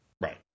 Right